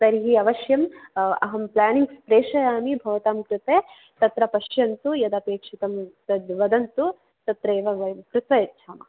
तर्हि अवश्यम् अहं प्लेनिङ्ग्स् प्रेषयामि भवतां कृते तत्र पश्यन्तु यदपेक्षितं तद् वदन्तु तत्रैव वयं कृत्वा यच्छामः